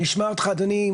נשמע אותך אדוני.